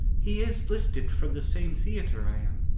he is listed for the same theater i am.